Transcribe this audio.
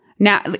Now